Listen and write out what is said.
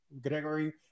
Gregory